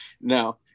Now